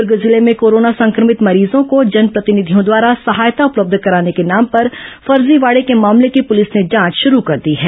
दुर्ग जिले में कोरोना संक्रमित मरीजों को जनप्रतिनिधियों द्वारा सहायता उपलब्ध कराने के नाम पर फर्जीवाड़े के मामले की पुलिस ने जांच शुरू कर दी है